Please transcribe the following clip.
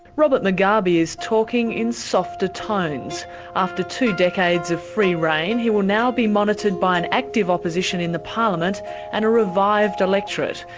robert mugabe is talking in softer tones tones after two decades of free rein, he will now be monitored by an active opposition in the parliament and a revived electorate.